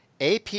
AP